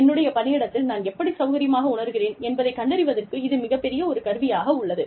என்னுடைய பணியிடத்தில் நான் எப்படி சௌகரியமாக உணருகிறேன் என்பதை கண்டறிவதற்கு இது மிகப்பெரிய ஒரு கருவியாக உள்ளது